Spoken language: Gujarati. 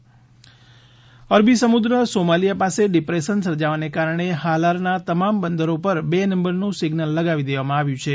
હવામાન જામનગર અરબી સમુદ્ર સોમાલિયા પાસે ડિપ્રેશન સ ર્જાવાના કારણે હાલારના તમામ બંદરો પર બે નંબર નું સિઝ્નલ લગાવી દેવામાં આવ્યું છે